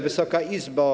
Wysoka Izbo!